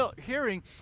hearing